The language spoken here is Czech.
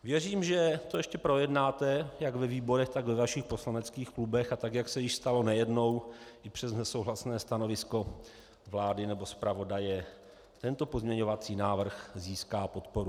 Věřím, že to ještě projednáte jak ve výborech, tak ve vašich poslaneckých klubech a tak, jak se již stalo nejednou, i přes nesouhlasné stanovisko vlády nebo zpravodaje tento pozměňovací návrh získá podporu.